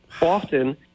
Often